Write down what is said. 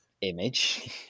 image